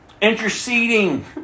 interceding